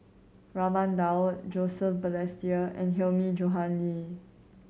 Raman Daud Joseph Balestier and Hilmi Johandi